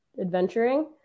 adventuring